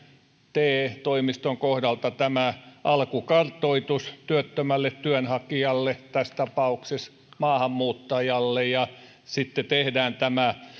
te toimiston kohdalta tämä alkukartoitus työttömälle työnhakijalle tässä tapauksessa maahanmuuttajalle ja sitten tehdään tämä